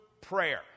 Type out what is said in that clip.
prayer